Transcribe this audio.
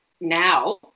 now